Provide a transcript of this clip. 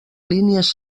línies